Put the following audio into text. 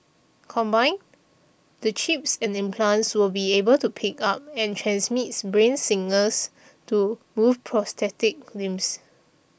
combined the chip and implants will be able to pick up and transmits brain signals to move prosthetic limbs